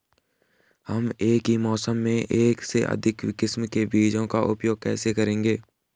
हम एक ही मौसम में एक से अधिक किस्म के बीजों का उपयोग कैसे करेंगे?